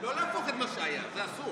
לא להפוך את מה שהיה, זה אסור.